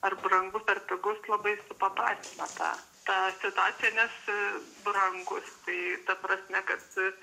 ar brangus ar pigus labai supaprastina tą tą situaciją nes brangus tai ta prasme kad